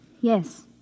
Yes